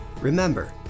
Remember